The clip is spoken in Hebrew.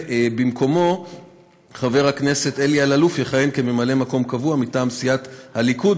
במקומו חבר הכנסת אלי אלאלוף יכהן כממלא מקום קבוע מטעם סיעת הליכוד,